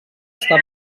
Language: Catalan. està